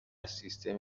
سیستم